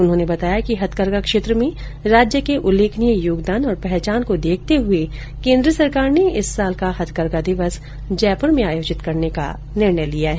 उन्होंने बताया कि हथकरघा क्षेत्र में राज्य के उल्लेखनीय योगदान और पहचान के मद्देनजर केन्द्र सरकार ने इस साल का हथकरघा दिवस जयपुर में आयोजित करने का निर्णय लिया है